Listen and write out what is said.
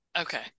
Okay